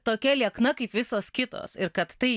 tokia liekna kaip visos kitos ir kad tai